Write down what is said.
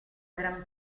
gran